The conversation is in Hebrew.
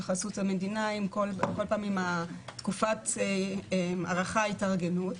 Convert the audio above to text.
בחסות המדינה כל פעם עם תקופת ההארכה להתארגנות,